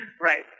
Right